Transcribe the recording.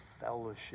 fellowship